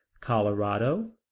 colorado,